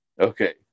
Okay